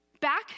back